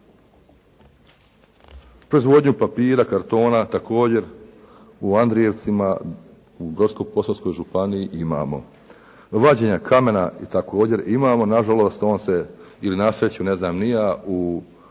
Proizvodnju papira, kartona također u Andrijevcima u Brodsko-posavskoj županiji imamo. Vađenja kamena također imamo, na žalost on se ili na sreću ne znam ni ja, u